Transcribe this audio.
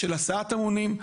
של הסעת המונים,